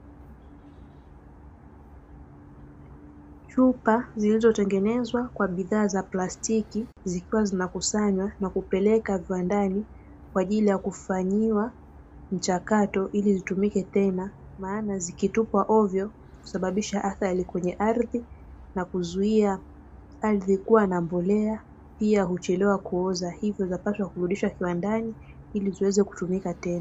Chupa zilizotengenezwa kwa bidhaa za plastiki, zikiwa zinakusanywa na kupelekwa kiwandani kwa ajili ya kufanyiwa mchakato ili zitumike tena, maana zikitupwa hovyo husababisha athari kwenye ardhi na kuzuia ardhi kuwa na mbolea pia huchelewa kuoza hivyo zinapaswa kurudishwa kiwandani ili ziweze kutumika tena.